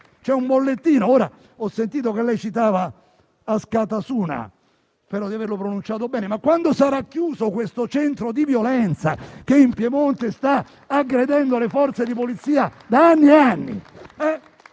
C'è un bollettino. Ho sentito che lei citava Askatasuna (spero di averlo pronunciato bene). Quando sarà chiuso questo centro di violenza che in Piemonte sta aggredendo le Forze di polizia da anni e anni?